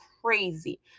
crazy